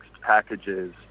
packages